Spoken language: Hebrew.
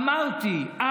אמרתי אז,